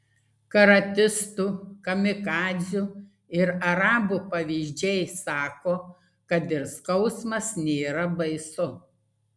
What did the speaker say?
karatistų kamikadzių ir arabų pavyzdžiai sako kad ir skausmas nėra baisu